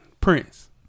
Prince